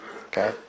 Okay